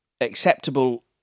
acceptable